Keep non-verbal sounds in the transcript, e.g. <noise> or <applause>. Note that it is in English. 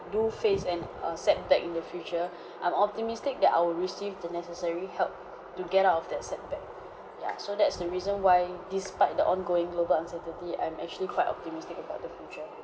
do face an a setback in the future <breath> I'm optimistic that I will receive the necessary help to get out of that setback <breath> ya so that's the reason why despite the ongoing global uncertainty I'm actually quite optimistic about the future